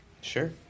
Sure